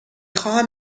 خواهم